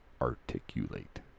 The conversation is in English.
Articulate